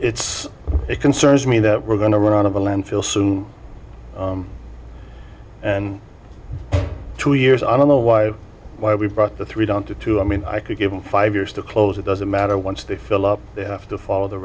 it's it concerns me that we're going to run out of the landfill soon and two years i don't know why why we brought the three down to two i mean i could give them five years to close it doesn't matter once they fill up they have to follow the